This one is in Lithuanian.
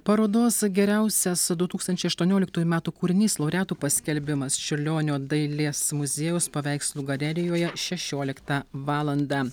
parodos geriausias du tūkstančiai aštuonioliktųjų metų kūrinys laureatų paskelbimas čiurlionio dailės muziejaus paveikslų galerijoje šešioliktą valandą